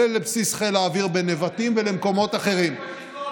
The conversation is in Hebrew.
אבל לא רק זה.